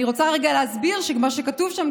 אני רוצה רגע להסביר שמה שכתוב שם,